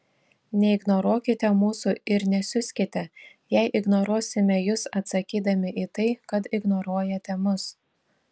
neignoruokite mūsų ir nesiuskite jei ignoruosime jus atsakydami į tai kad ignoruojate mus